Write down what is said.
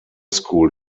school